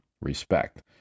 respect